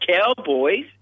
cowboys